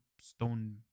stone